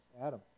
Adam